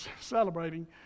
celebrating